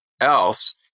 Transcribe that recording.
else